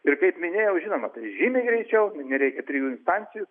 ir kaip minėjau žinoma tai žymiai greičiau nereikia trijų instancijų